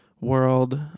world